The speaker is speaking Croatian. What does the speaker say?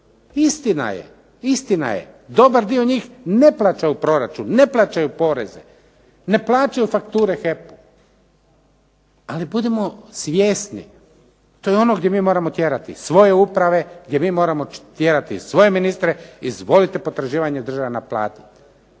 dijelu. Istina je, dobar dio njih ne plaća u proračun, ne plaćaju poreze, ne plaćaju fakture HEP-u ali budimo svjesni to je ono gdje mi moramo tjerati svoje uprave, gdje mi moramo tjerati svoje ministre. Izvolite potraživanje države naplatiti.